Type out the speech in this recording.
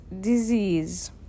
disease